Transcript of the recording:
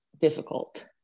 difficult